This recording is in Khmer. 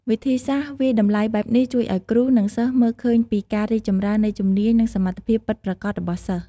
វិធីសាស្ត្រវាយតម្លៃបែបនេះជួយឱ្យគ្រូ និងសិស្សមើលឃើញពីការរីកចម្រើននៃជំនាញ និងសមត្ថភាពពិតប្រាកដរបស់សិស្ស។